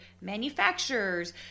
manufacturers